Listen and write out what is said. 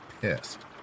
pissed